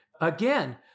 again